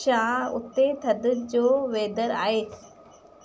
छा उते थधि जो वेदर आहे